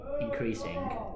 increasing